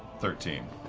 thirteen.